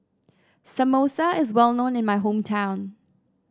samosa is well known in my hometown